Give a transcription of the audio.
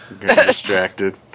distracted